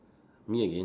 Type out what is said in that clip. me again